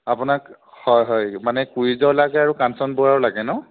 আপোনাক হয় হয় মানে কুইজৰ লাগে আৰু কাঞ্চন বৰুৱাৰ লাগে ন